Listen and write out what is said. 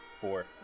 four